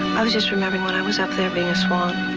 i was just remembering when i was up there, being a swan.